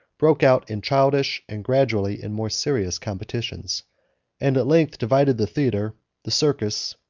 broke out in childish, and gradually in more serious competitions and, at length, divided the theatre, the circus,